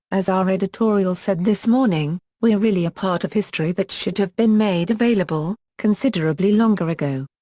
as our editorial said this morning, we're really a part of history that should have been made available, considerably longer ago.